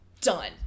done